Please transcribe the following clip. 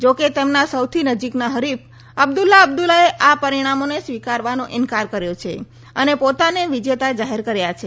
જો કે તેમના સૌથી નજીકના હરીફ અબ્દલ્લા અબ્દલ્લાએ આ પરીણામોને સ્વીકારવાનો ઇન્કાર કર્યો છે અને પોતાને વિજેતા જાહેર કર્યા છે